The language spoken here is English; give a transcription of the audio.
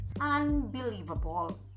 unbelievable